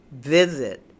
visit